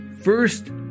First